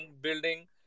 building